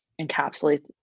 encapsulates